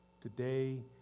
Today